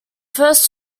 first